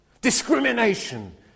discrimination